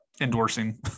endorsing